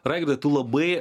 raigardai tu labai